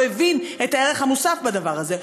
הוא הבין את הערך המוסף בדבר הזה.